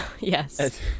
Yes